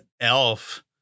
elf